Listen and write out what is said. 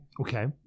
Okay